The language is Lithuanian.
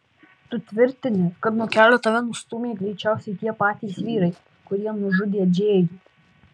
tu tvirtini kad nuo kelio tave nustūmė greičiausiai tie patys vyrai kurie nužudė džėjų